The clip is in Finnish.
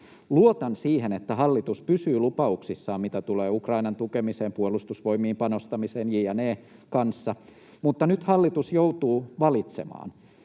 Luotan siihen, että hallitus pysyy lupauksissaan, mitä tulee Ukrainan tukemiseen, Puolustusvoimiin panostamiseen jne. Mutta nyt hallitus joutuu valitsemaan,